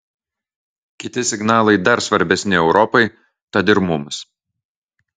kiti signalai dar svarbesni europai tad ir mums